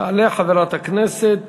תעלה חברת הכנסת